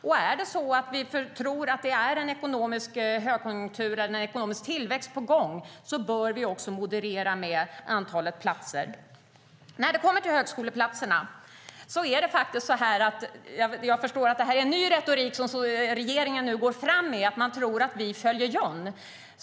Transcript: Om vi tror att ekonomisk högkonjunktur eller ekonomisk tillväxt är på gång bör vi också moderera antalet platser.I fråga om högskoleplatserna går regeringen nu fram med ny retorik som går ut på att man ska tro att vi "följer John".